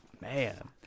Man